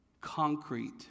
concrete